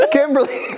Kimberly